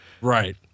Right